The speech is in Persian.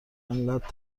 انقدر